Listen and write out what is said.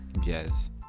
jazz